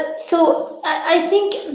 ah so i think